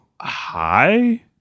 Hi